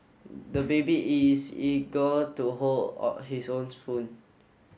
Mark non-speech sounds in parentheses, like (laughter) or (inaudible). (noise) the baby is eager to hold (unintelligible) his own spoon